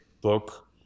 book